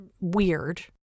weird